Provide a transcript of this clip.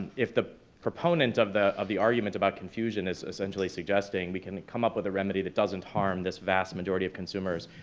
if the proponent of the proponent of the argument about confusion is essentially suggesting we can come up with a remedy that doesn't harm this vast majority of consumers,